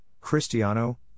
Cristiano